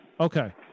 Okay